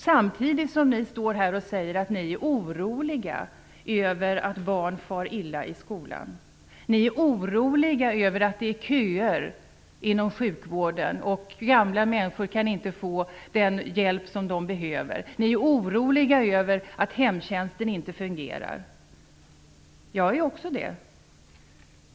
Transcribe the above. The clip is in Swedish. Samtidigt står ni här och säger att ni är oroliga över att barn far illa i skolan. Ni är oroliga över att det finns köer inom sjukvården och över att gamla människor inte kan få den hjälp de behöver. Ni är oroliga över att hemtjänsten inte fungerar. Jag är också orolig.